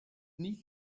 need